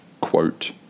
quote